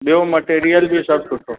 ॿियो मटेरियल बि सभु सुठो